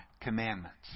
commandments